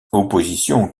oppositions